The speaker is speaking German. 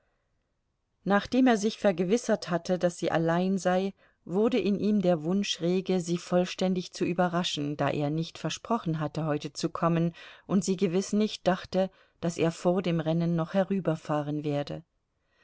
nachdem er sich vergewissert hatte daß sie allein sei wurde in ihm der wunsch rege sie vollständig zu überraschen da er nicht versprochen hatte heute zu kommen und sie gewiß nicht dachte daß er vor dem rennen noch herüberfahren werde